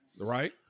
Right